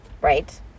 right